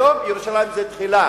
היום ירושלים זה תחילה.